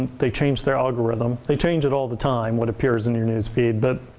they changed their algorithm. they change it all the time, what appears in your newsfeed. but